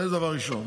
זה דבר ראשון.